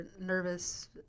nervous